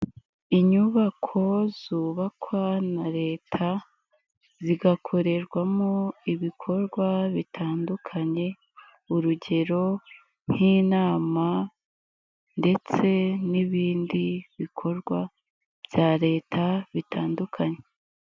Inyubako zubakwa na leta, zigakorerwamo ibikorwa bitandukanye, urugero nk'inama ndetse n'ibindi bikorwa bya leta bitandukanye.